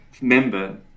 member